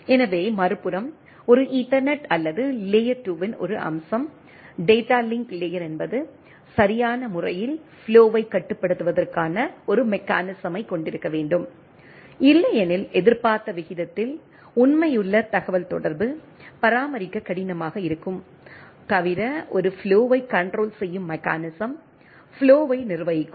எனவே மறுபுறம் ஒரு ஈத்தர்நெட் அல்லது லேயர் 2 இன் ஒரு அம்சம் டேட்டா லிங்க் லேயர் என்பது சரியான முறையில் ஃப்ளோவைக் கட்டுப்படுத்துவதற்கான ஒரு மெக்கானிசமைக் கொண்டிருக்க வேண்டும் இல்லையெனில் எதிர்பார்த்த விகிதத்தில் உண்மையுள்ள தகவல் தொடர்பு பராமரிக்க கடினமாக இருக்கும் தவிர ஒரு ஃப்ளோவை கண்ட்ரோல் செய்யும் மெக்கானிசம் ஃப்ளோவை நிர்வகிக்கும்